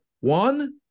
one